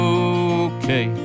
okay